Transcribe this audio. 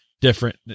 different